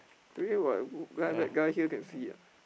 really what good guy bad guy here can see ah